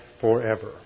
forever